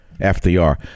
FDR